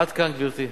עד כאן, גברתי.